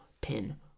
pin